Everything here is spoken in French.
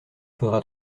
faudra